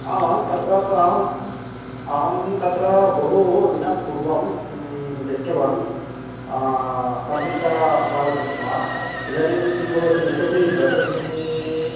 आमाम् तत्र तां अहं तत्र बहु दिनात् पुर्वं दृष्टवान् सम्यक्तया भवति स्म इदानीं किं भवति इतोऽपि दस दी